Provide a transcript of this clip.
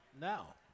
now